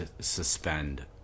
suspend